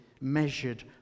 measured